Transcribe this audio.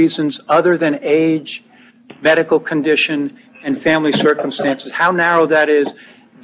reasons other than age medical condition and family circumstances how narrow that is